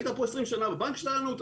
היית 20 שנים בבנק שלנו,